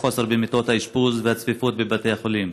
החוסר במיטות האשפוז והצפיפות בבתי החולים,